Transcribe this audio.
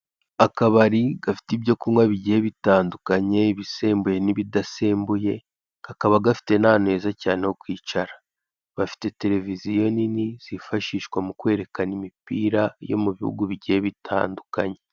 Akabari gafite ibyo kunywa bigiye bitandukanye ibisembuye n'ibidesembuye kakaba gafite n'ahantu heza cyane ho kwicara bafite tereviziyo nini zifashishwa mu kwerekana imipira yo mu bihugu bigiye bitandukanye.